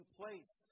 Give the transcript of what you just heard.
place